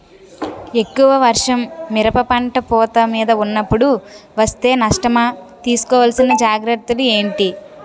ఎక్కువ వర్షం మిరప పంట పూత మీద వున్నపుడు వేస్తే నష్టమా? తీస్కో వలసిన జాగ్రత్తలు ఏంటి?